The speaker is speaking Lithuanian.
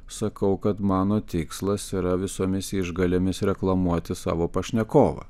sakau kad mano tikslas yra visomis išgalėmis reklamuoti savo pašnekovą